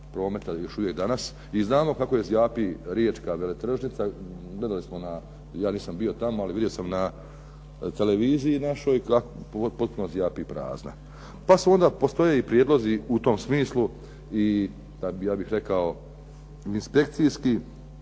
prometa još uvijek danas. I znamo kako zjapi riječka veletržnica. Gledali smo na, ja nisam bio tamo, ali vidio sam na televiziji našoj, potpuno zjapi prazna. Pa su onda, postoje i prijedlozi u tom smislu i ja bih rekao inspekcijski,